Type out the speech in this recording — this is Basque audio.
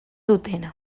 dutena